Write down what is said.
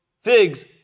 figs